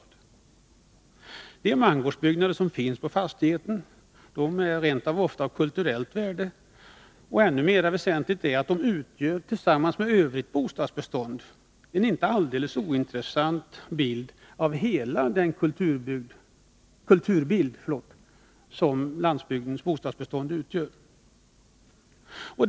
De mangårdsbyggnader som finns på en fastighet är ofta av kulturellt värde, och ännu mer väsentligt är att de, tillsammans med övrigt bostadsbestånd, är en inte alldeles ointressant del av hela den kulturbild som landsbygdens bostadsbestånd utgör.